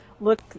look